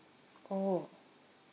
orh